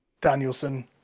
Danielson